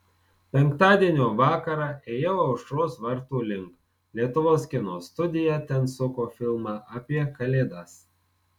penktadienio vakarą ėjau aušros vartų link lietuvos kino studija ten suko filmą apie kalėdas